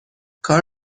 کار